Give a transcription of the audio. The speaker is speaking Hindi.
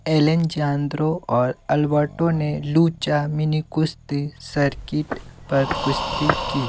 एलेजांद्रो और अल्बर्टो ने लुचा मिनी कुश्ती सर्किट सर्किट पर कुश्ती की